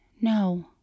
no